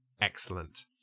excellent